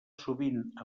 sovint